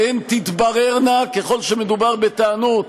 והן תתבררנה, ככל שמדובר בטענות